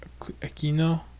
Aquino